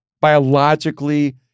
biologically